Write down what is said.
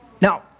Now